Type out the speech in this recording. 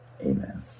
amen